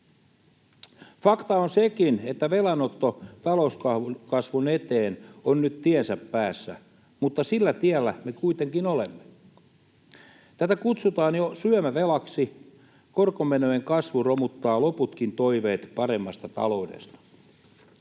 Fakta on sekin, että velanotto talouskasvun eteen on nyt tiensä päässä, mutta sillä tiellä me kuitenkin olemme. Tätä kutsutaan jo syömävelaksi. Korkomenojen kasvu romuttaa loputkin toiveet paremmasta taloudesta.